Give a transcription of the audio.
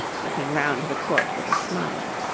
looking round the court with a smile.